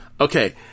okay